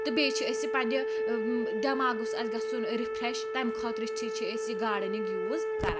تہٕ بیٚیہِ چھِ أسۍ یہِ پَننہِ دٮ۪ماغ گوٚژھ اَسہِ گَژھُن رِفریٚش تمہِ خٲطرٕ چھِ أسۍ یہِ گاڈنِنٛگ یوٖز کَران